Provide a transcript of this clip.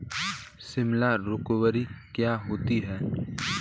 CIBIL score क्या होता है?